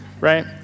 Right